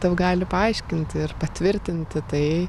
tau gali paaiškinti ir patvirtinti tai